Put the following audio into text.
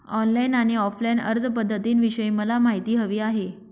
online आणि offline अर्जपध्दतींविषयी मला माहिती हवी आहे